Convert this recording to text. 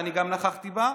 שאני גם נכחתי בה,